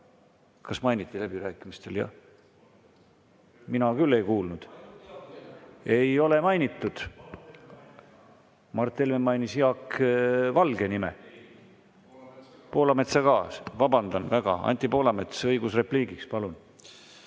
Kas mainiti läbirääkimistel? Mina küll ei kuulnud. Ei ole mainitud. Mart Helme mainis Jaak Valge nime. (Hääl saalist.) Poolametsa ka? Vabandan väga! Anti Poolametsal on õigus repliigiks. Palun!